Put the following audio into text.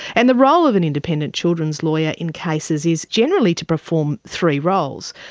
and the role of an independent children's lawyer in cases is generally to perform three roles.